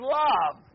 love